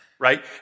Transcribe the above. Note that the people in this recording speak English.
Right